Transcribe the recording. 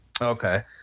Okay